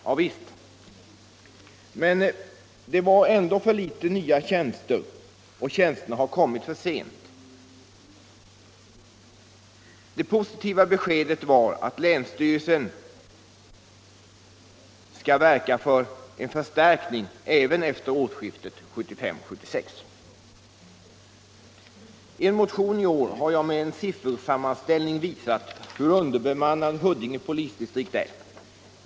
Javisst, men det var för få nya tjänster och tjänsterna har kommit för sent. Det enda positiva beskedet var att länsstyrelsen avser att verka för förstärkning även efter årsskiftet 1975-1976. I en motion i år har jag med en siffersammanställning visat hur underbemannat Huddinge polisdistrikt är.